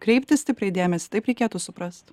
kreipti stipriai dėmesį taip reikėtų suprast